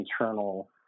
internal